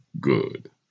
good